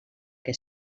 que